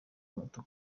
mato